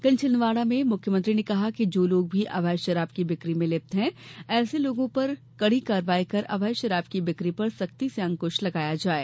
कल छिंदवाड़ा में मुख्यमंत्री ने कहा कि जो लोग भी अवैध शराब की बिक्री में लिप्त हैं ऐसे लोगों पर कड़ी कार्यवाही केर अवैध शराब की बिक्री पर सख्ती से अंकुश लगाया जाये